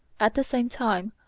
at the same time,